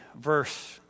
verse